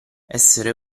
essere